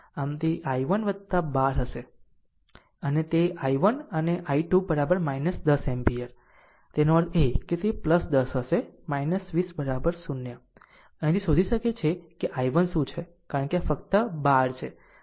આમ તે I1 12 હશે અને તે I1 અને II2 10 એમ્પીયર છે તેનો અર્થ એ કે તે 10 હશે 20 0 અહીંથી શોધી શકે છે I1 શું છે કારણ કે આ ફક્ત આ 12 છે